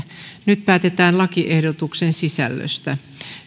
nyt päätetään lakiehdotuksen sisällöstä